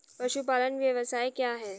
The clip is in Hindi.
पशुपालन व्यवसाय क्या है?